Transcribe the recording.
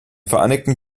vereinigten